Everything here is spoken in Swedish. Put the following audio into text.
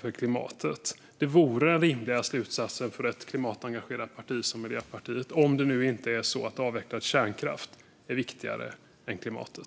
för klimatet? Det vore den rimliga slutsatsen för ett klimatengagerat parti som Miljöpartiet, om inte en avveckling av kärnkraften är viktigare än klimatet.